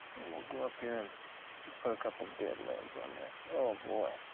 and we'll go up here and just put a couple dead limbs on that, oh boy.